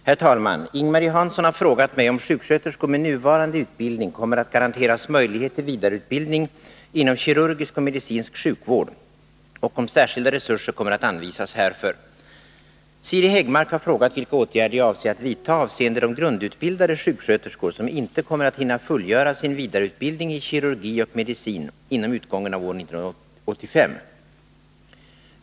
Herr talman! Ing-Marie Hansson har frågat mig om sjuksköterskor med nuvarande utbildning kommer att garanteras möjlighet till vidareutbildning inom kirurgisk och medicinsk sjukvård och om särskilda resurser kommer att anvisas härför. Siri Häggmark har frågat vilka åtgärder jag avser att vidta avseende de grundutbildade sjuksköterskor som inte kommer att hinna fullgöra sin vidareutbildning i kirurgi och medicin inom utgången av år 1985.